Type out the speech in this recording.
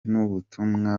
n’ubutumwa